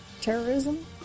terrorism